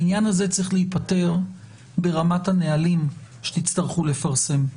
העניין הזה צריך להיפתר ברמת הנהלים שתצטרכו לפרסם.